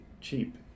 cheap